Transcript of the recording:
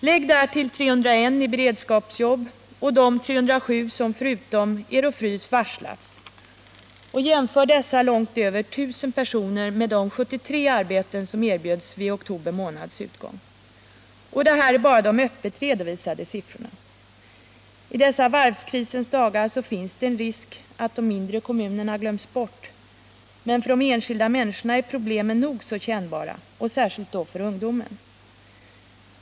Lägg därtill 301 i beredskapsjobb och de 307 som förutom Ero-Frys varslats, och jämför dessa långt över 1000 personer med de 73 arbeten som erbjöds vid oktobers utgång! Och detta är bara de öppet redovisade siffrorna. I dessa varvskrisens dagar finns det en risk för att de mindre kommunerna glöms bort, men för de enskilda människorna är problemen nog så kännbara och särskilt då för ungdomen.